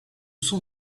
sont